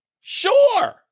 sure